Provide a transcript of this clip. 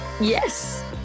Yes